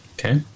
Okay